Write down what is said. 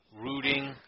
rooting